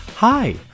Hi